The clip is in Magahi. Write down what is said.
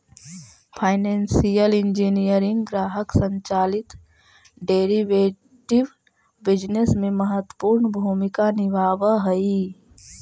फाइनेंसियल इंजीनियरिंग ग्राहक संचालित डेरिवेटिव बिजनेस में महत्वपूर्ण भूमिका निभावऽ हई